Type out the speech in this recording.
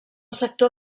sector